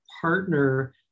partner